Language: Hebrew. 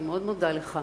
אני מאוד מודה לך.